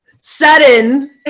sudden